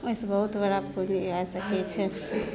ओहिसे बहुत बड़ा पूँजी आ सकै छै